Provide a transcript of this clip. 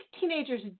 teenagers